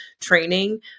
training